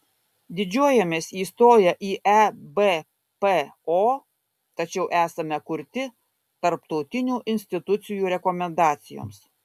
didžiuojamės įstoję į ebpo tačiau esame kurti tarptautinių institucijų rekomendacijoms